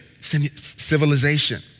civilization